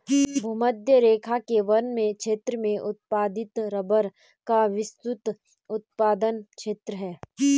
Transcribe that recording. भूमध्यरेखा के वन क्षेत्र में उत्पादित रबर का विस्तृत उत्पादन क्षेत्र है